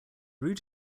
route